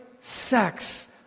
sex